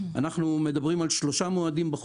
אנחנו מדברים על שלושה מועדים של